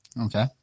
Okay